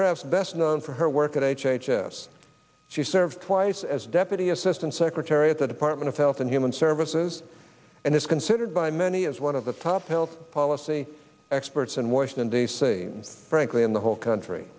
perhaps best known for her work at h h s she served twice as deputy assistant secretary at the department of health and human services and is considered by many as one of the top health policy experts in washington d c and frankly in the whole country